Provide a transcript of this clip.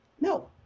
No